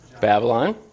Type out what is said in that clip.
Babylon